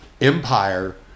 empire